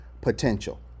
potential